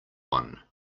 one